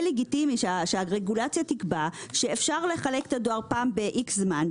לגיטימי שהרגולציה תקבע שאפשר לחלק את הדואר פעם באיקס זמן,